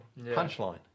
punchline